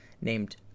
named